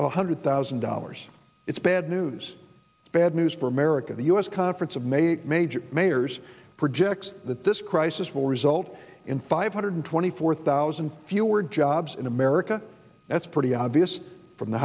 one hundred thousand dollars it's bad news bad news for america the u s conference of mayors a major mayors projects that this crisis will result in five hundred twenty four thousand fewer jobs in america that's pretty obvious from the